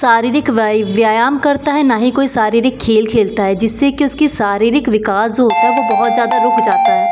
शारीरिक व्यायाम करता है न ही कोई शारीरिक खेल खेलता है जिससे कि उसके शारीरिक विकास जो होता है वह बहुत ज़्यादा रुक जाता है